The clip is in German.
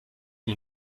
man